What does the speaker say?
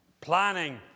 planning